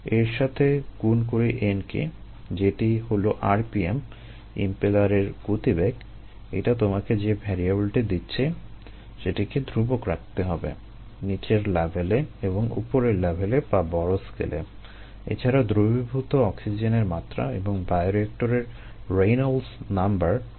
এর সাথে গুণ করি n কে যেটি হলো rpm ইমপেলারের গতিবেগ এটা তোমাকে যে ভ্যারিয়েবলটি ধ্রুবক থাকতে হবে